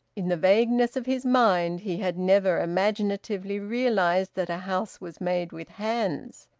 in the vagueness of his mind, he had never imaginatively realised that a house was made with hands,